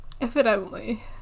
evidently